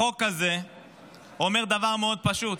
החוק הזה אומר דבר מאוד פשוט: